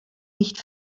nicht